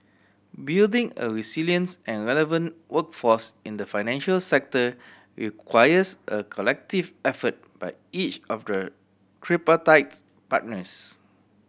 building a resilience and relevant workforce in the financial sector requires a collective effort by each of the tripartite partners